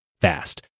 fast